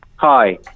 Hi